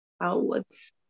outwards